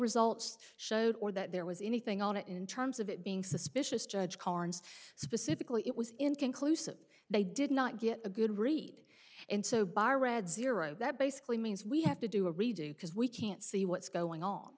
results showed or that there was anything on it in terms of it being suspicious judge carnes specifically it was inconclusive they did not get a good read and so by read zero that basically means we have to do a redo because we can't see what's going on